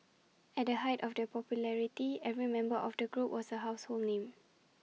at the height of their popularity every member of the group was A household name